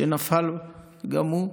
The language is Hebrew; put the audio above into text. שנפל גם הוא.